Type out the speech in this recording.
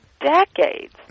decades